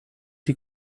die